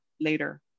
later